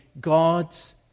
God's